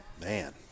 Man